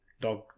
dog